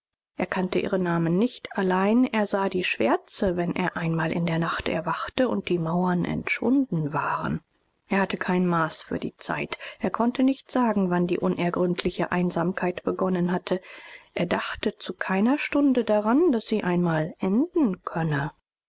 er kannte ihre namen nicht allein er sah die schwärze wenn er einmal in der nacht erwachte und die mauern entschwunden waren er hatte kein maß für die zeit er konnte nicht sagen wann die unergründliche einsamkeit begonnen hatte er dachte zu keiner stunde daran daß sie einmal enden könne